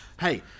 Hey